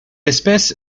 espèce